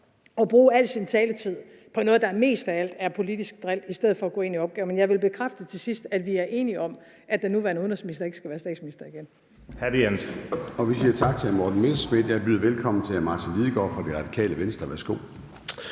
at bruge al sin taletid på noget, der mest af alt er politisk drilleri, i stedet for at gå ind i opgaven. Men jeg vil bekræfte her til sidst, at vi er enige om, at den nuværende udenrigsminister ikke skal være statsminister igen.